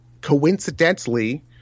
coincidentally